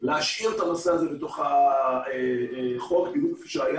להשאיר את הנושא בתוך החוק בדיוק כפי שהיה